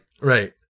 Right